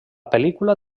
pel·lícula